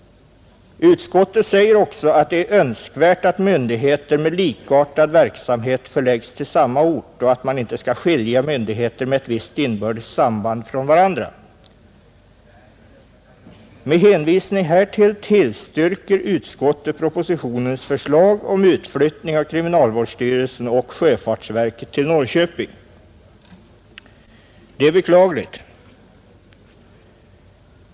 Utskottet säger också att det är önskvärt att myndigheter med likartad verksamhet förläggs till samma ort och att man inte skall skilja myndigheter med ett visst inbördes samband från varandra, Med hänvisning härtill tillstyrker utskottet propositionens förslag om utflyttning av kriminalvårdsstyrelsen och sjöfartsverket till Norrköping. Det är beklagligt.